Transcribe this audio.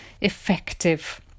effective